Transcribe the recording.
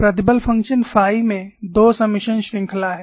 प्रतिबल function phi में 2 summation श्रृंखला है